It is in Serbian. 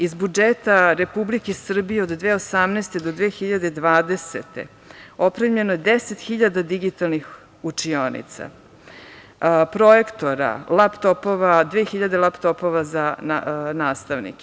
Iz budžeta Republike Srbije od 2018. do 2020. godine opremljeno je 10.000 digitalnih učionica, projektora, laptopova, 2.000 laptopova za nastavnike.